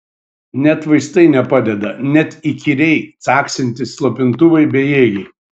net vaistai nepadeda net įkyriai caksintys slopintuvai bejėgiai